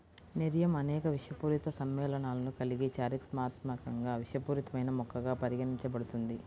nerium అనేక విషపూరిత సమ్మేళనాలను కలిగి చారిత్రాత్మకంగా విషపూరితమైన మొక్కగా పరిగణించబడుతుంది